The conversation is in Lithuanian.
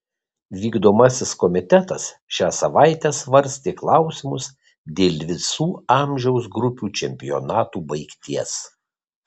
vykdomasis komitetas šią savaitę svarstė klausimus dėl visų amžiaus grupių čempionatų baigties